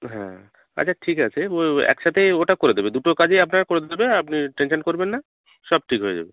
হ্যাঁ আচ্ছা ঠিক আছে একসাথেই ওটা করে দেবে দুটো কাজই আপনার করে দেবে আপনি টেনশন করবেন না সব ঠিক হয়ে যাবে